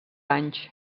anys